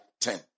ten